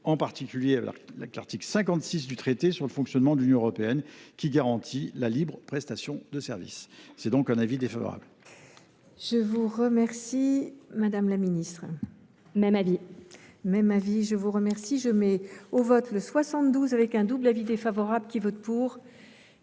en particulier avec l’article 56 du traité sur le fonctionnement de l’Union européenne, qui garantit la libre prestation de services. Par conséquent, la